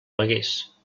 pagués